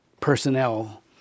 personnel